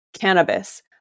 cannabis